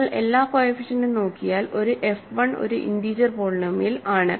നിങ്ങൾ എല്ലാ കോഎഫിഷ്യന്റും നോക്കിയാൽ ഒരു f 1 ഒരു ഇന്റീജർ പോളിനോമിയൽ ആണ്